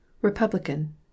Republican